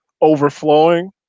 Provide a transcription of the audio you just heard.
overflowing